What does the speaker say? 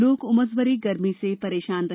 लोग उमस भरी गरमी से परेशान रहे